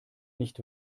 nicht